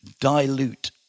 dilute